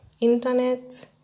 internet